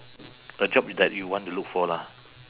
a job that you want to look for lah